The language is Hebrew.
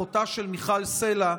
אחותה של מיכל סלע,